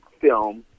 film